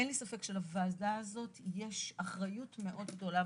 אין לי ספק שלוועדה הזאת יש אחריות מאוד גדולה,